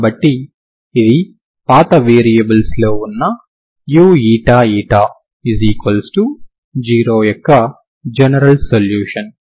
కాబట్టి ఇది పాత వేరియబుల్స్ లో ఉన్న uηη0 యొక్క జనరల్ సొల్యూషన్